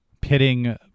pitting